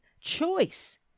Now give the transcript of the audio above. Choice